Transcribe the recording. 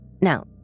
Now